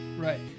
Right